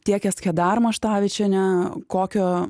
tiek eskedar maštavičienę kokio